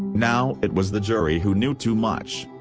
now it was the jury who knew too much.